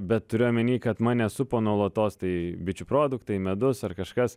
bet turiu omeny kad mane supo nuolatos tai bičių produktai medus ar kažkas